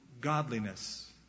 godliness